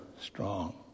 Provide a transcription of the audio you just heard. strong